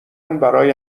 برای